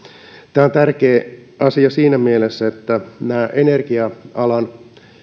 tämä on tärkeä asia siinä mielessä että energia alan